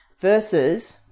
versus